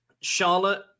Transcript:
Charlotte